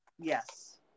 yes